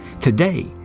Today